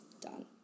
done